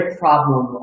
problem